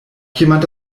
jemand